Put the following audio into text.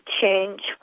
change